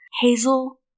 Hazel